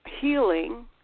healing